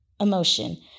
emotion